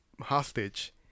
hostage